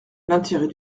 l’intérêt